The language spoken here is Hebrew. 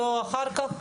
לא אחר כך?